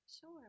Sure